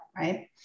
right